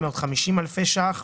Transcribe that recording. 750 אלפי שקלים.